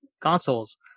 consoles